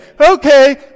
okay